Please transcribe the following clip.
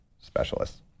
specialists